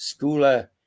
Schooler